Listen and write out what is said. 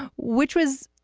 which was